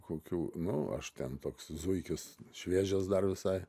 kokių nu aš ten toks zuikis šviežias dar visai